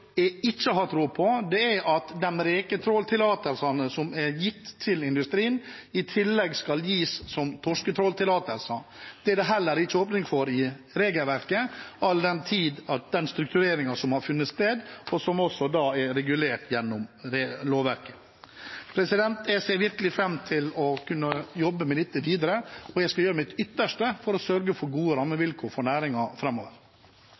er gitt til industrien, i tillegg skal gis som torsketråltillatelser. Det er det heller ikke åpning for i regelverket, all den tid den struktureringen som har funnet sted, også er regulert gjennom lovverket. Jeg ser virkelig fram til å jobbe videre med dette, og jeg skal gjøre mitt ytterste for å sørge for gode